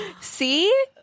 See